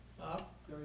up